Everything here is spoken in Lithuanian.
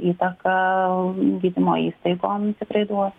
įtaką gydymo įstaigom tikrai duos